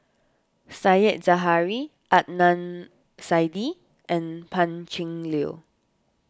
Said Zahari Adnan Saidi and Pan Cheng Lui